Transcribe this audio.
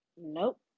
Nope